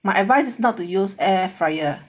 my advice is not to use air fryer